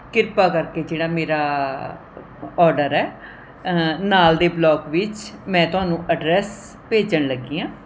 ਕਿਰਪਾ ਕਰਕੇ ਜਿਹੜਾ ਮੇਰਾ ਔਡਰ ਹੈ ਨਾਲ ਦੇ ਬਲੋਕ ਵਿੱਚ ਮੈਂ ਤੁਹਾਨੂੰ ਐਡਰੈੱਸ ਭੇਜਣ ਲੱਗੀ ਹਾਂ